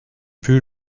plus